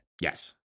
Yes